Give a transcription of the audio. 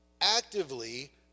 Actively